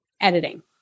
editing